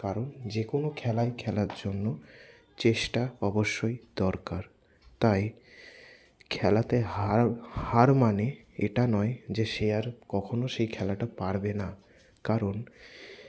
কারণ যেকোনো খেলাই খেলার জন্য চেষ্টা অবশ্যই দরকার তাই খেলাতে হার হার মানে এটা নয় যে সে আর কখন সেই খেলাটা পারবেনা কারণ